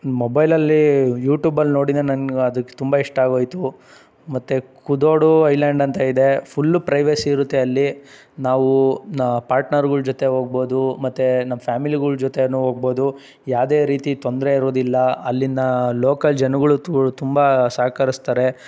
ಮೊಬೈಲಲ್ಲಿ ಯೂಟ್ಯೂಬಲ್ಲಿ ನೋಡಿಯೇ ನನಗದು ತುಂಬ ಇಷ್ಟ ಆಗೋಯಿತು ಮತ್ತು ಕುದೋಡು ಐಲ್ಯಾಂಡ್ ಅಂತ ಇದೆ ಫುಲ್ಲು ಪ್ರೈವೆಸಿ ಇರುತ್ತೆ ಅಲ್ಲಿ ನಾವು ಪಾರ್ಟ್ನಗಳ ಜೊತೆ ಹೋಗ್ಬೋದು ಮತ್ತು ನಮ್ಮ ಫ್ಯಾಮಿಲಿಗಳ ಜೊತೆಯೂ ಹೋಗ್ಬೋದು ಯಾವ್ದೇ ರೀತಿ ತೊಂದರೆ ಇರುವುದಿಲ್ಲ ಅಲ್ಲಿನ ಲೋಕಲ್ ಜನಗಳು ತುಂಬ ಸಹಕರಿಸ್ತಾರೆ